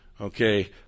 Okay